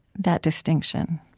that distinction?